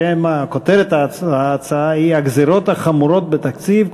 כותרת ההצעה היא: הגזירות החמורות בתקציב,